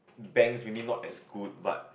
banks maybe not exclude but